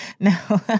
No